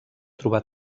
trobar